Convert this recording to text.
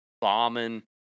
bombing